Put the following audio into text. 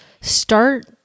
start